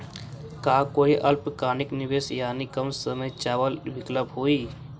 का कोई अल्पकालिक निवेश यानी कम समय चावल विकल्प हई?